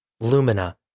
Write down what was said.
Lumina